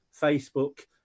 Facebook